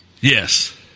yes